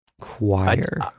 choir